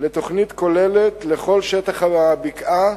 לתוכנית כוללת לכל שטח הבקעה,